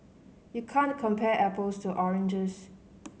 you can't compare apples to oranges